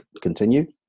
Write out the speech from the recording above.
continue